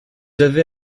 avez